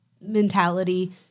mentality